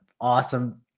awesome